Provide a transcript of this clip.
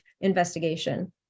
investigation